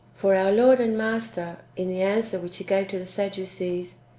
for our lord and master, in the answer which he gave to the sadducees,